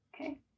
Okay